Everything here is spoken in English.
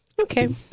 Okay